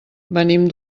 venim